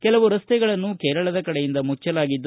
ಕೆಲವು ರಸ್ತೆಗಳನ್ನು ಕೇರಳದ ಕಡೆಯಿಂದ ಮುಚ್ಚಲಾಗಿದೆ